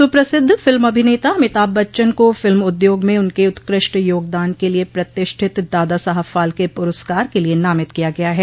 सुप्रसिद्ध फिल्म अभिनेता अमिताभ बच्चन को फिल्म उद्योग में उनके उत्कृष्ट योगदान के लिए प्रतिष्ठित दादा साहब फाल्के पुरस्कार के लिए नामित किया गया है